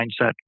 mindset